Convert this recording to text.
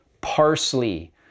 parsley